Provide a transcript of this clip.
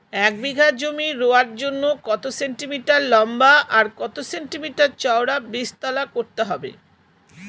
এক বিঘা জমি রোয়ার জন্য কত সেন্টিমিটার লম্বা আর কত সেন্টিমিটার চওড়া বীজতলা করতে হবে?